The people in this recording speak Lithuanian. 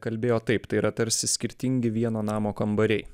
kalbėjo taip tai yra tarsi skirtingi vieno namo kambariai